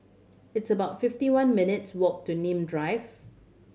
it's about fifty one minutes' walk to Nim Drive